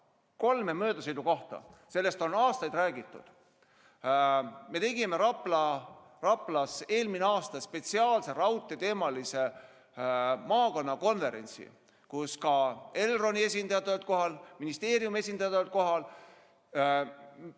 kolme möödasõidukohta. Sellest on aastaid räägitud. Me tegime Raplas eelmisel aastal spetsiaalse raudteeteemalise maakonnakonverentsi, kus ka Elroni esindajad olid kohal ja ministeeriumi esindajad olid kohal.